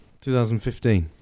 2015